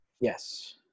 Yes